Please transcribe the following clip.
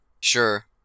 Sure